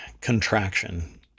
contraction